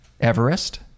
everest